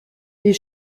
les